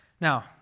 Now